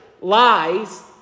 lies